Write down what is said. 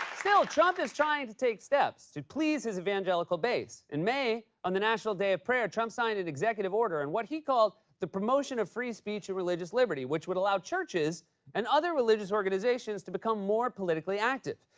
still, trump is trying to take steps to please his evangelical base. in may, on the national day of prayer, trumped signed an executive order on and what he called the promotion of free speech and religious liberty, which would allow churches and other religious organizations to become more politically active.